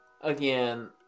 again